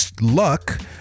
luck